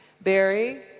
Barry